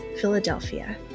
Philadelphia